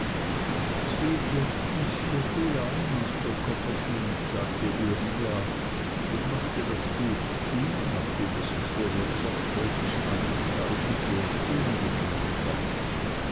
geht jetzt ins vierte jahr master copperfield sagte uriah und machte das buch zu nachdem er sich vorher sorgfältig angezeichnet wo er stehen geblieben war